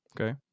Okay